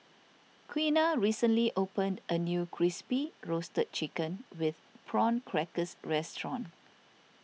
Quiana recently opened a new Crispy Roasted Chicken with Prawn Crackers restaurant